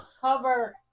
Cover